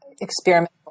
experimental